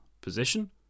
position